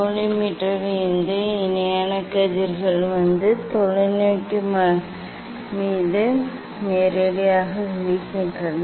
கோலிமேட்டரில் இருந்து இணையான கதிர்கள் வந்து தொலைநோக்கி மீது நேரடியாக விழுகின்றன